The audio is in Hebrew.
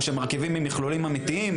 או שמרכיבים ממכלולים אמיתיים.